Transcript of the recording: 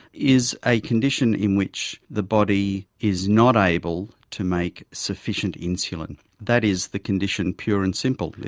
is a condition in which the body is not able to make sufficient insulin. that is the condition pure and simple.